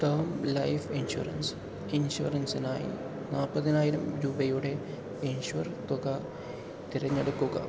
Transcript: term life insurance ഇൻഷുറൻസിനായി നാൽപ്പതിനായിരം രൂപയുടെ ഇൻഷ്വർ തുക തിരഞ്ഞെടുക്കുക